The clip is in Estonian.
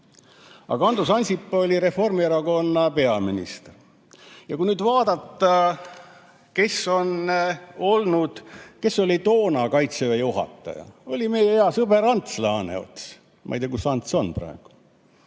Andrus Ansip oli Reformierakonna peaminister. Ja kui nüüd vaadata, kes oli toona Kaitseväe juhataja, siis see oli meie hea sõber Ants Laaneots. Ma ei tea, kus Ants on praegu.